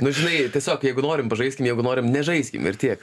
nu žinai tiesiog jeigu norim pažaiskim jeigu norime nežaiskime ir tiek